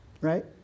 Right